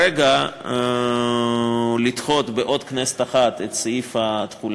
לדחות כרגע בעוד כנסת אחת את סעיף התחולה,